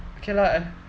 okay lah I